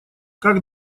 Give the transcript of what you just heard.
как